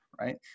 right